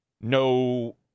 No